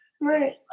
Right